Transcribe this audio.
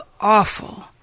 awful